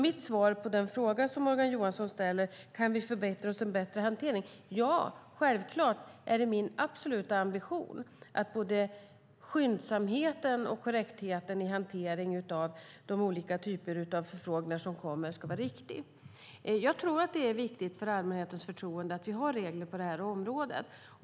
Mitt svar på frågan som Morgan Johansson ställer om vi kan förvänta oss en bättre hantering är: Ja, självklart är det min absoluta ambition att både skyndsamheten och korrektheten i hanteringen av de olika typer av förfrågningar som kommer ska vara riktig. Jag tror att det är viktigt för allmänhetens förtroende att vi har regler på området.